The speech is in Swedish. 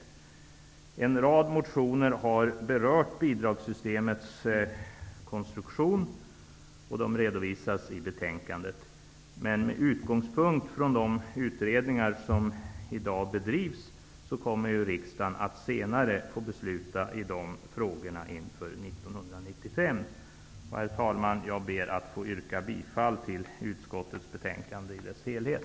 I en rad motioner har bidragssystemets konstruktion berörts. De redovisas i betänkandet. Med utgångspunkt i de utredningar som i dag bedrivs kommer riksdagen att senare få besluta i de frågorna inför 1995. Herr talman! Jag ber att få yrka bifall till hemställan i utskottets betänkande i dess helhet.